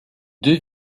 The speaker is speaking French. deux